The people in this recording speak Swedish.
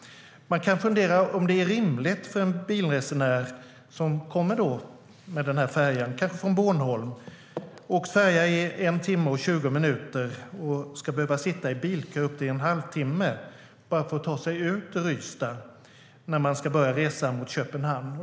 Man kan fundera över om det är rimligt att en bilresenär som kommer med färjan, kanske från Bornholm - det tar kanske en timme och tjugo minuter - ska behöva sitta i bilkö i upp till en halvtimme bara för att ta sig ut ur Ystad och börja resan mot Köpenhamn.